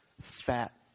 fat